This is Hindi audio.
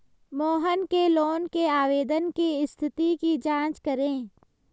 मोहन के लोन के आवेदन की स्थिति की जाँच करें